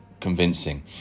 convincing